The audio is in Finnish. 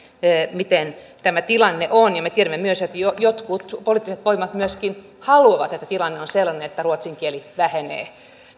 miten tämä tilanne on ja me tiedämme myös että jotkut poliittiset voimat myöskin haluavat että tilanne on sellainen että ruotsin kieli vähenee